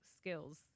skills